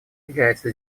является